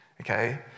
Okay